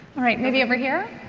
all right, maybe over here?